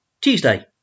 Tuesday